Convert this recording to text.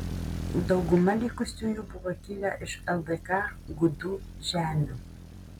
dauguma likusiųjų buvo kilę iš ldk gudų žemių